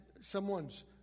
someone's